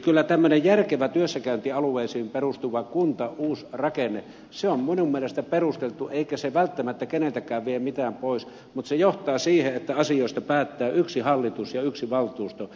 kyllä tämmöinen järkevä työssäkäyntialueisiin perustuva uusi kuntarakenne on minun mielestäni perusteltu eikä se välttämättä keneltäkään vie mitään pois mutta se johtaa siihen että asioista päättää yksi hallitus ja yksi valtuusto